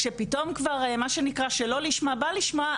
כשפתאום מתוך שלא לשמה בא לשמה,